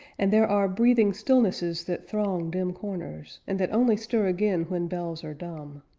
and there are breathing stillnesses that throng dim corners, and that only stir again when bells are dumb.